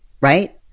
right